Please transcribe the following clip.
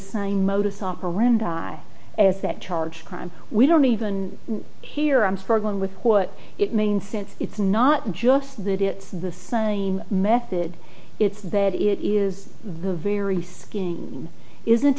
same modus operandi as that charge crime we don't even hear i'm struggling with what it means since it's not just that it's the same method it's that it is the very skinny isn't